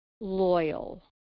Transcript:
loyal